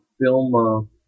film